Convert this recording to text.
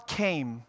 came